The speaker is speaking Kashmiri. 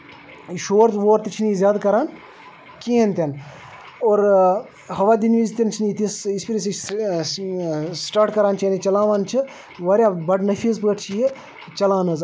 شور وور تہِ چھِنہٕ یہِ زیادٕ کران کِہینۍ تہ نہٕ اور ہوا دِنہٕ وِزِ تہِ چھ نہٕ یہِ تِژہ سٹاٹ کران ییٚلہِ یہِ چلاوان چھِ واریاہ بَڑٕ نٔفیٖض پٲٹھۍ چھ یہِ چلان حظ اَسہِ